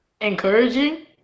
Encouraging